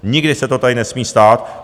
Nikdy se to tady nesmí stát.